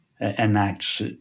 enacts